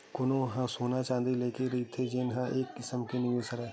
कोनो ह सोना चाँदी लेके रखे रहिथे जेन ह एक किसम के निवेस हरय